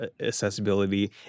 accessibility